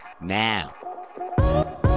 now